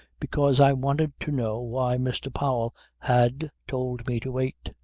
because i wanted to know why mr. powell had told me to wait.